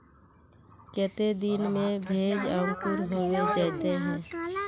केते दिन में भेज अंकूर होबे जयते है?